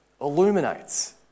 illuminates